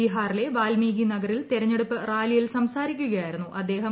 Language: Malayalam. ബിഹാറിലെ വാൽമീകി നഗറിൽ തെരഞ്ഞെടുപ്പ് റാലിയിൽ സംസാരിക്കുകയായിരുന്നു അദ്ദേഹം